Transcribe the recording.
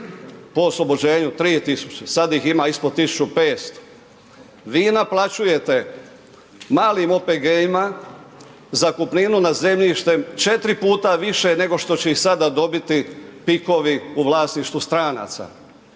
po oslobođenju 3000, sad ih ima ispod 1500. Vi naplaćujete malim OPG-ima zakupninu na zemljište 4 puta više, nego što će ih sada dobiti PIK-ovi u vlasništvu stranaca.